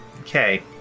Okay